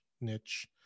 niche